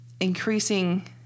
increasing